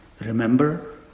remember